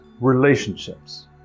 relationships